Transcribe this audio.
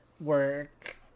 work